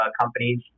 companies